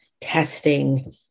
testing